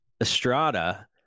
Estrada